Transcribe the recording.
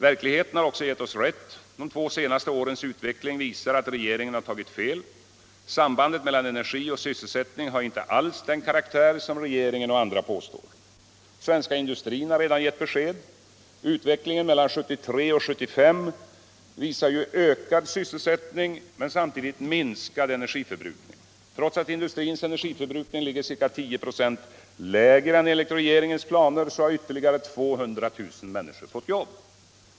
Verkligheten har också gett oss rätt. De två senaste årens utveckling visar att regeringen har tagit fel. Sambandet mellan energi och sysselsättning har inte heller den karaktär som regeringen och andra påstår. Den svenska industrin har redan gett besked. Utvecklingen mellan 1973 och 1975 visar ökad sysselsättning men samtidigt minskad energiförbrukning. Trots att industrins energiförbrukning ligger ca 10 96 lägre än regeringens planer har ytterligare 200 000 fått jobb.